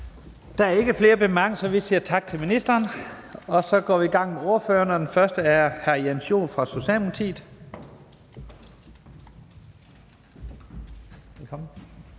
Der er ikke flere korte bemærkninger, så vi siger tak til ministeren. Så går vi i gang med ordførerne, og den første er hr. Jens Joel fra Socialdemokratiet. Velkommen.